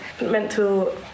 mental